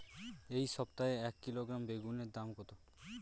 এই সপ্তাহে এক কিলোগ্রাম বেগুন এর দাম কত?